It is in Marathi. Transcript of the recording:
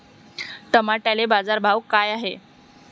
टमाट्याले बाजारभाव काय हाय?